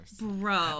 Bro